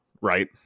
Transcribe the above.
right